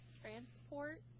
transport